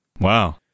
Wow